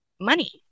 money